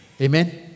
amen